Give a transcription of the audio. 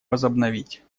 возобновить